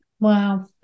Wow